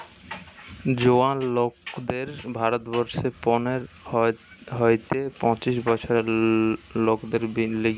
জোয়ান লোকদের ভারত বর্ষে পনের হইতে পঁচিশ বছরের লোকদের লিগে